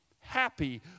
happy